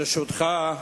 ברשותך,